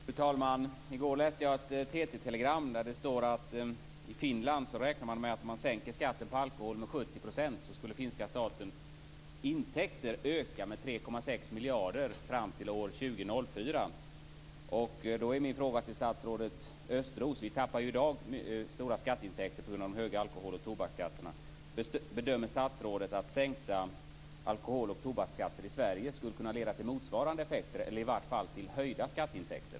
Fru talman! I går läste jag ett TT-telegram där det stod att man i Finland räknar med att om man sänker skatten på alkohol med 70 %, skulle finska statens intäkter öka med 3,6 miljarder fram till år 2004. Jag vill med anledning härav ställa en fråga till statsrådet Vi tappar i dag stora skatteintäkter på grund av de höga alkohol och tobaksskatterna. Bedömer statsrådet att sänkta alkohol och tobaksskatter i Sverige skulle kunna få motsvarande effekter eller i vart fall leda till höjda skatteintäkter?